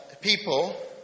people